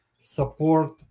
support